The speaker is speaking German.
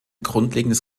grundlegendes